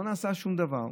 ולא נעשה שום דבר.